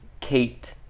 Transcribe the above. Kate